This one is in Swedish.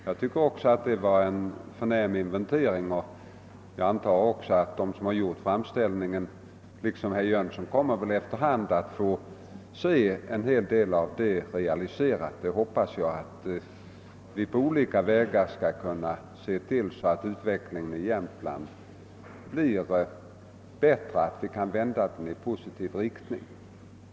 Jag tycker också att den upptog en förnämlig inventering, och jag antar att de som gjort framställningen liksom herr Jönsson efter hand kommer att få se en hel del av sina förslag realiserade. Jag hoppas att vi på olika vägar skall kunna vända utvecklingen i Jämtland i positiv riktning.